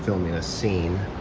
filming a scene